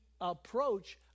approach